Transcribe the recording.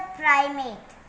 primate